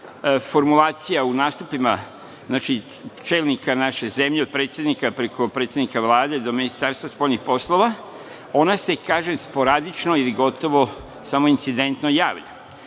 formulacija u nastupima, znači, čelnika naše zemlje od predsednika preko predsednika Vlade do Ministarstva spoljnih poslova, ona se kažem, sporadično ili gotovo samo incidentno javlja.